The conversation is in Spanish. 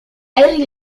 hay